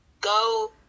Go